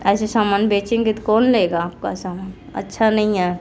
ऐसे सामान बेचेंगे तो कौन लेगा आपका सामान अच्छा नहीं है